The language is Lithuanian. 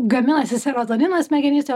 gaminasi serotoninas smegenyse